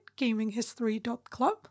gaminghistory.club